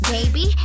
Baby